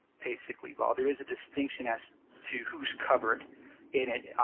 paid sick leave. ah there is a distinction as to who is covered in it